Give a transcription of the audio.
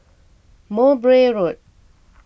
Mowbray Road